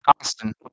austin